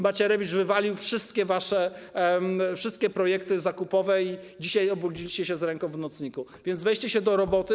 Macierewicz wywalił wszystkie wasze projekty zakupowe i dzisiaj obudziliście się z ręką w nocniku, więc weźcie się do roboty.